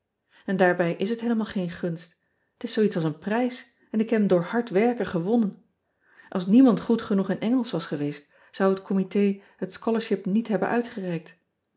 n daarbij is het heelemaal geen gunst et is zoo iets als een prijs en ik heb hem door hard werken gewonnen ls niemand goed genoeg in ngelsch was geweest zou het omité het scholarship niet hebben uitgereikt